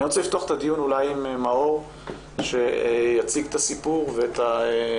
אני רוצה לפתוח את הדיון אולי עם מאור שיציג את הסיפור ואת הנושא.